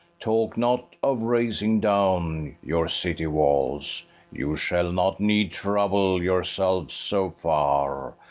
talk not of razing down your city-walls you shall not need trouble yourselves so far,